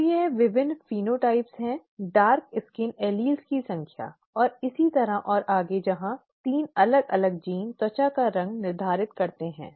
तो ये विभिन्न फेनोटाइप हैं डार्क स्किन एलील्स की संख्या और इसी तरह और आगे जहां 3 अलग अलग जीन त्वचा का रंग निर्धारित करते हैं